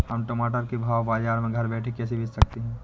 हम टमाटर को बाजार भाव में घर बैठे कैसे बेच सकते हैं?